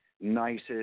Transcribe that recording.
nicest